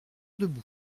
debout